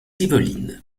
yvelines